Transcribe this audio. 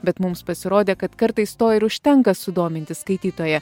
bet mums pasirodė kad kartais to ir užtenka sudominti skaitytoją